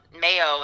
Mayo